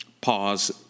pause